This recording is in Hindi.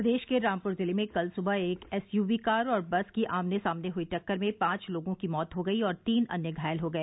प्रदेश के रामपुर जिले में कल सुबह एक एसयूवी कार और बस की आमने सामने से हुई टक्कर में पांच लोगों की मौत हो गयी और तीन अन्य घायल हो गए